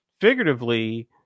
figuratively